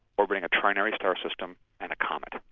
orbiting a trinary star system and a comet.